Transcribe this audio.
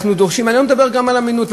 ואני לא מדבר גם על אמינות,